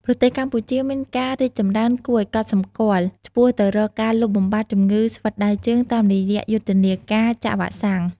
ប្រទេសកម្ពុជាមានការរីកចម្រើនគួរឱ្យកត់សម្គាល់ឆ្ពោះទៅរកការលុបបំបាត់ជំងឺស្វិតដៃជើង តាមរយៈយុទ្ធនាការចាក់វ៉ាក់សាំង។